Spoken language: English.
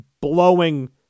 blowing